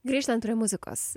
grįžtant prie muzikos